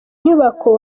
nyubako